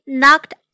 knocked